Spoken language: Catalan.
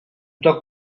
tot